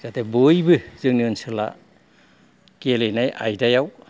जाहाथे बयबो जोंनि ओनसोला गेलेनाय आयदायाव